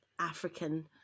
African